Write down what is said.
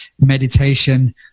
meditation